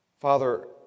father